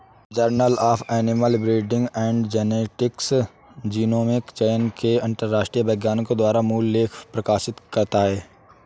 journal of animal breeding and genetics genomic चयन पर अंतरराष्ट्रीय वैज्ञानिकों द्वारा मूल लेख प्रकाशित करता है